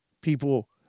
people